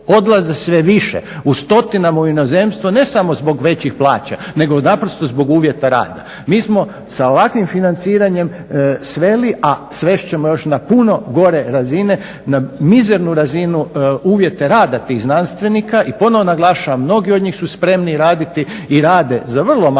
odlaze sve više u stotinama u inozemstvo, ne samo zbog većih plaća nego naprosto zbog uvjeta rada. Mi smo sa ovakvim financiranjem sveli, a svest ćemo još na puno gore razine, na mizernu razinu uvjete rada tih znanstvenika i ponovo naglašavam mnogi od njih su spremni raditi i rade za vrlo male